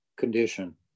condition